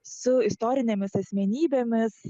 su istorinėmis asmenybėmis